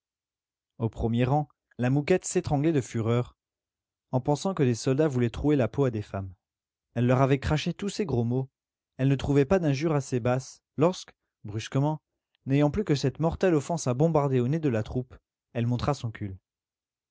au premier rang la mouquette s'étranglait de fureur en pensant que des soldats voulaient trouer la peau à des femmes elle leur avait craché tous ses gros mots elle ne trouvait pas d'injure assez basse lorsque brusquement n'ayant plus que cette mortelle offense à bombarder au nez de la troupe elle montra son cul